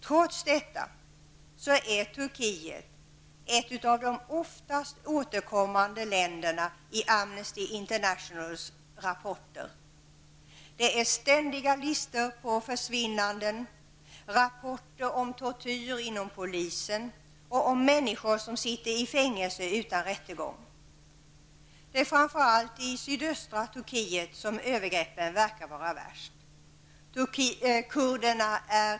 Trots detta är Turkiet ett av de oftast återkommande länderna i Amnesty Internationals rapporter. Det är ständiga listor på försvinnanden, rapporter om tortyr inom polisen och om människor som har satts i fängelse utan rättegång. Det är framför allt i sydöstra Turkiet som övergreppen verkar vara värst.